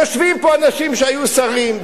יושבים פה אנשים שהיו שרים,